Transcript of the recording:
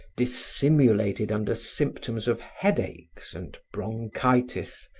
dissimulated under symptoms of headaches and bronchitis,